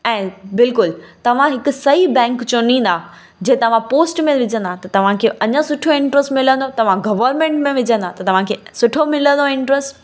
ऐं बिल्कुलु तव्हां हिकु सही बैंक चुनींदा जे तव्हां पोस्ट में विझंदा त तव्हां खे अञा सुठो इंटरस्ट मिलंदो तव्हां गवर्मेंट में विझंदा त तव्हां खे सुठो मिलंदो इंट्र्स्ट